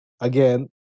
again